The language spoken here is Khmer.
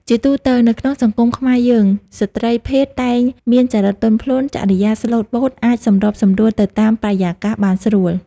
ជាទូទៅនៅក្នុងសង្គមខ្មែរយើង ស្រ្តីភេទតែងមានចរិកទន់ភ្លន់ ចរិយាស្លូតបូត អាចសម្របសម្រួលទៅតាមបរិយាកាសបានស្រួល ។